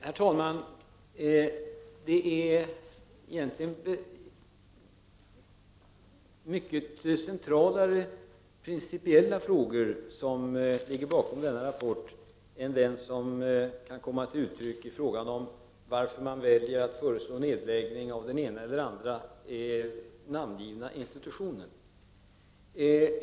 Herr talman! Det är egentligen mer centrala och principiella frågor som ligger bakom denna rapport än vad som kan komma till uttryck i debatten om varför man väljer att föreslå nedläggning av den ena eller den andra namngivna institutionen.